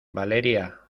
valeria